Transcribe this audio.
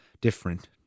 different